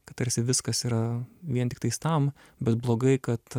kad tarsi viskas yra vien tiktais tam bus blogai kad